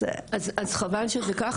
אז חבל שזה ככה,